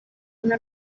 una